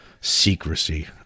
secrecy